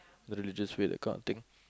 religious way that kind of thing